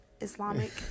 Islamic